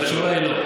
התשובה היא: לא.